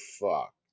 Fuck